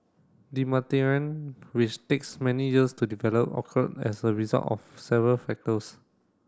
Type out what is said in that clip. which takes many years to develop occured as a result of several factors